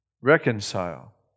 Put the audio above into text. reconcile